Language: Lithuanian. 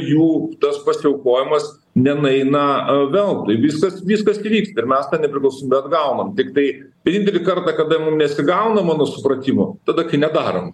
jų tas pasiaukojimas nenueina e veltui visas viskas gi vyksta ir mes tą nepriklausomybę atgaunam tiktai vienintelį kartą kada mum nesigauna mano supratimu tada kai nedarom